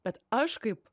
bet aš kaip